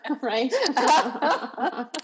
right